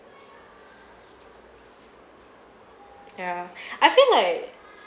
yeah I feel like